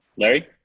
Larry